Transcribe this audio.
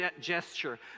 gesture